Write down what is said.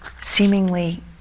seemingly